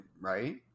right